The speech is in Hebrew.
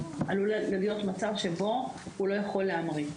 עלול להיות מצב שהוא לא יכול להמריא.